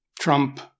Trump